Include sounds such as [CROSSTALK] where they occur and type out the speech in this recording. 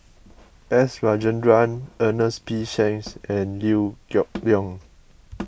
S Rajendran Ernest P Shanks [NOISE] and Liew [NOISE] Geok Leong